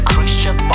Christian